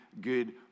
good